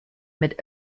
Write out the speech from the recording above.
mit